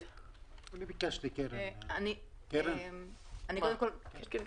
אני רוצה לברך אותך, קרן ברק,